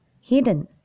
hidden